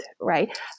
right